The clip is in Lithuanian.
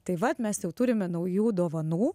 tai vat mes jau turime naujų dovanų